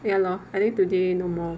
ya lor I think today no more